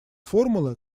формулы